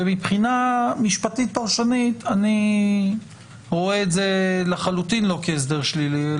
ומבחינה משפטית פרשנית אני רואה את זה לחלוטין לא כהסדר שלילי,